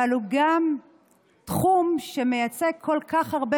אבל הוא גם תחום שמייצג כל כך הרבה